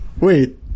Wait